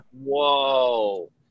whoa